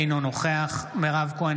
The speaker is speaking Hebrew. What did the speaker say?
אינו נוכח מירב כהן,